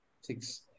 Six